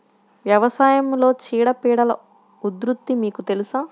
వ్యవసాయంలో చీడపీడల ఉధృతి మీకు తెలుసా?